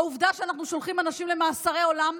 העובדה שאנחנו שולחים אנשים למאסרי עולם,